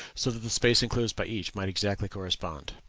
so that the space enclosed by each might exactly correspond.